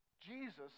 Jesus